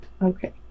Okay